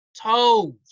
toes